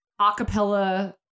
acapella